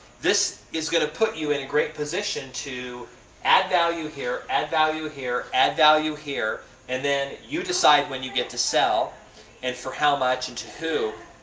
this is going to put you in great position to add value here, add value here, add value here and then you decide when you get to sell and for how much and to who.